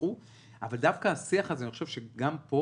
אבל דווקא השיח הזה אני חושב שגם פה